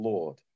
Lord